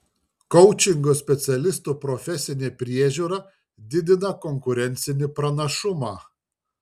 koučingo specialistų profesinė priežiūra didina konkurencinį pranašumą